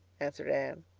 answered anne.